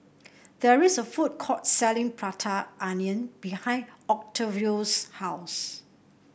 there is a food court selling Prata Onion behind Octavio's house